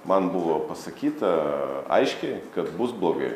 man buvo pasakyta aiškiai kad bus blogai